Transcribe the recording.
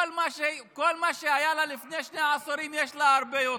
כל מה שהיה לה לפני שני עשורים יש לה הרבה יותר.